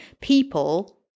People